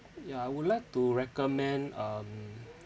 yeah I would like to recommend um